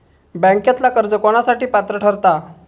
बँकेतला कर्ज कोणासाठी पात्र ठरता?